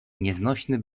nieznośny